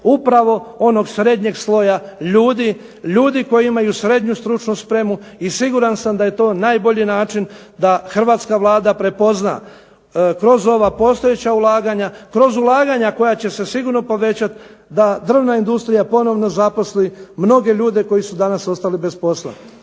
upravo onog srednjeg sloja ljudi, ljudi koji imaju SSS i siguran sam da je to najbolji način da hrvatska Vlada prepozna kroz ova postojeća ulaganja, kroz ulaganja koja će se sigurno povećati da drvna industrija ponovno zaposli mnoge ljude koji su danas ostali bez posla.